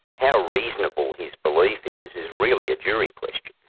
how reasonable his belief is, is really a jury question.